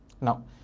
now